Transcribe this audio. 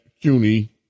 CUNY